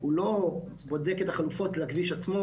הוא לא בודק את החלופות לכביש עצמו,